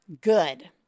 good